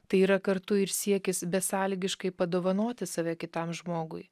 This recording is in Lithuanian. tai yra kartu ir siekis besąlygiškai padovanoti save kitam žmogui